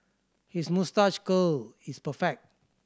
his moustache curl is perfect